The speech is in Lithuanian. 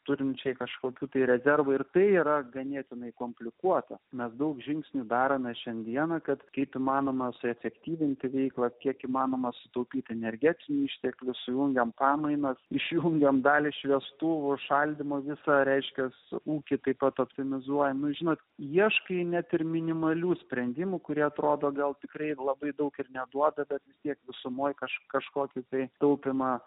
turinčiai kažkokių rezervų ir tai yra ganėtinai komplikuota mes daug žingsnių darome šiandieną kad kiek įmanoma suefektyvinti veiklą kiek įmanoma sutaupyti energetinius išteklius jų jam pamainos išjungiame dalį šviestuvo šaldymo visą reiškia su ūkį taip pat optimizuoja nu žinot ieškai net ir minimalių sprendimų kurie atrodo gal tikrai labai daug ir neduoda bet vis tiek visumoje kažką kažkokį tai taupymą